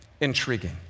intriguing